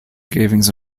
engravings